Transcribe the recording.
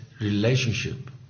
relationship